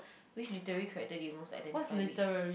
which literary character do you most identify with